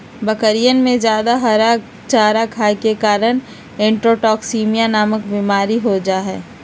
बकरियन में जादा हरा चारा खाये के कारण इंट्रोटॉक्सिमिया नामक बिमारी हो जाहई